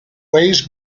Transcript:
weighs